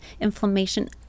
inflammation